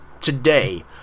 today